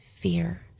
fear